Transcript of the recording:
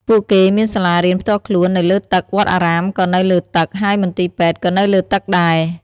ពួកគេមានសាលារៀនផ្ទាល់ខ្លួននៅលើទឹក វត្តអារាមក៏នៅលើទឹក ហើយមន្ទីរពេទ្យក៏នៅលើទឹកដែរ។